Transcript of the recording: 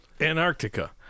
Antarctica